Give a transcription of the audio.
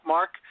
Mark